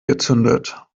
gezündet